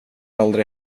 aldrig